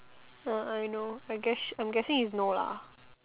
uh I know I guess I'm guessing it's no lah